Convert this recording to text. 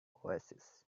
oasis